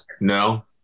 No